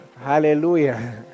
Hallelujah